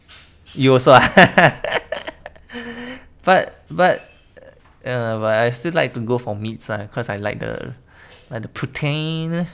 you also ah but but err but I still like to go for meats lah cause I like the like the protein